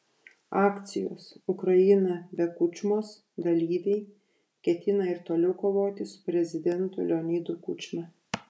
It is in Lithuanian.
akcijos ukraina be kučmos dalyviai ketina ir toliau kovoti su prezidentu leonidu kučma